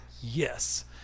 Yes